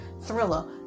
Thriller